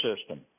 system